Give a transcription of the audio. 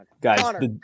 Guys